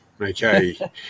Okay